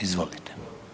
Izvolite.